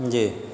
جی